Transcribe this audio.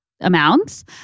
Amounts